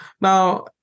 Now